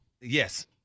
Yes